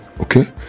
Okay